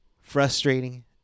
frustrating